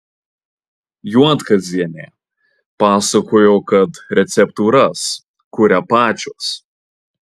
juodkazienė pasakojo kad receptūras kuria pačios